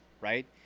Right